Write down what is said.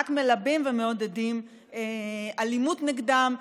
רק מלבים ומעודדים אלימות נגדם,